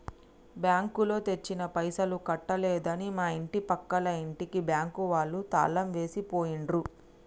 బ్యాంకులో తెచ్చిన పైసలు కట్టలేదని మా ఇంటి పక్కల ఇంటికి బ్యాంకు వాళ్ళు తాళం వేసి పోయిండ్రు